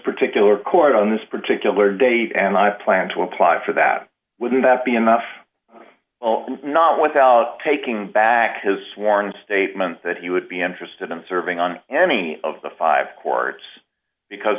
particular court on this particular date and i plan to apply for that wouldn't that be enough not without taking back his sworn statements that he would be interested in serving on any of the five courts because